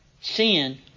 Sin